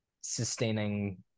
sustaining